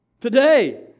Today